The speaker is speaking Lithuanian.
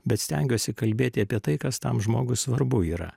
bet stengiuosi kalbėti apie tai kas tam žmogui svarbu yra